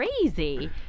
crazy